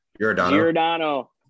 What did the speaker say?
Giordano